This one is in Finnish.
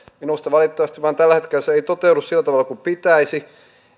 minusta valitettavasti tällä hetkellä se ei vain toteudu sillä tavalla kuin pitäisi